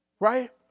Right